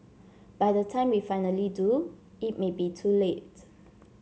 by the time we finally do it may be too late